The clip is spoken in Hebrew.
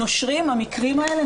נושרים המקרים האלה.